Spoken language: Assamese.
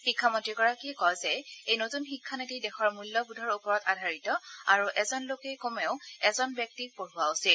শিক্ষামন্ত্ৰীগৰাকীয়ে কয় যে এই নতুন শিক্ষা নীতি দেশৰ মল্যবোধৰ ওপৰত আধাৰিত আৰু এজন লোকে কমেও এজন ব্যক্তিক পঢ়োৱা উচিত